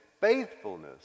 faithfulness